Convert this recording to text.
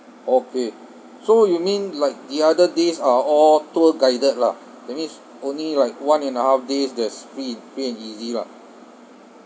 okay so you mean like the other days are all tour guided lah that means only like one and a half days there's free free and easy lah